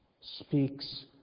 speaks